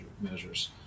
measures